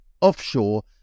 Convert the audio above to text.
offshore